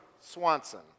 Swanson